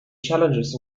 challenges